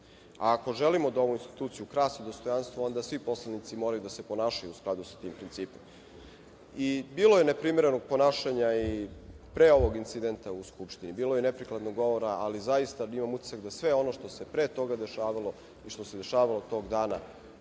a ako želimo da ovu instituciju krasi dostojanstvo onda svi poslanici moraju da se ponašaju u skladu sa tim principom. Bilo je neprimerenog ponašanja i pre ovog incidenta u Skupštini, bilo je neprikladnih govora, ali zaista imam utisak da sve ovo što se pre toga dešavalo i što se dešavalo tog dana